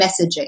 messaging